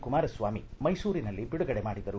ಕುಮಾರಸ್ವಾಮಿ ಮೈಸೂರಿನಲ್ಲಿ ಬಿಡುಗಡೆ ಮಾಡಿದರು